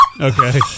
okay